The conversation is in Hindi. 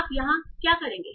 आप यहाँ क्या करेंगे